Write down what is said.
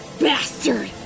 bastard